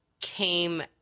came